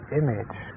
image